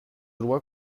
loi